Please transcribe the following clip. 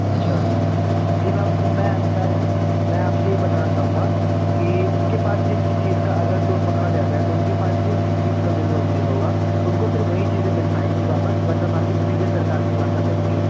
अच्छा जी मैम फिर मैं मैं मैं आप से यह बताना चाहूँगा कि उनके पास जिस जिस चीज़ का अगर चोर पकड़ा जाता है तो उनके पास जिस जिस चीज़ का बिल होगा उनको सिर्फ़ वही चीज़ें मिल पाएँगी वापस वरना बाक़ी सीधे सरकार के पास आ जाएँगी